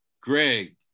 Greg